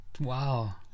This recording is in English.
Wow